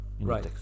right